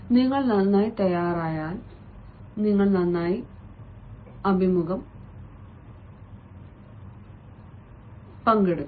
നിങ്ങൾ നന്നായി തയ്യാറാക്കിയാൽ നിങ്ങൾ നന്നായി ചെയ്യും